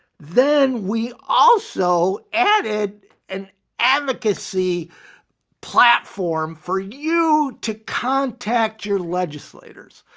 then we also added an advocacy platform for you to contact your legislators.